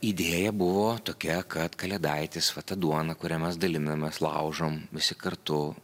idėja buvo tokia kad kalėdaitis va ta duona kurią mes dalinamės laužom visi kartu